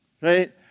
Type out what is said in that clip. right